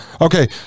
Okay